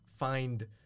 find